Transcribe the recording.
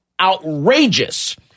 outrageous